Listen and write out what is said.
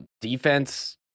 defense